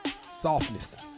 softness